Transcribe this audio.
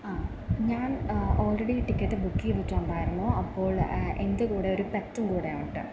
ആ ഞാൻ already ticket book ചെയ്തിട്ടുണ്ടായിരുന്നു അപ്പോൾ എൻ്റെ കൂടെ ഒര് പെറ്റും കൂടെ ഉണ്ട്